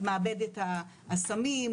מעבדת הסמים,